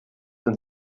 und